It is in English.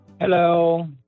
Hello